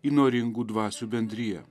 įnoringų dvasių bendriją